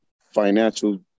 financial